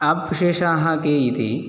आप्विशेषाः के इति